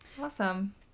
Awesome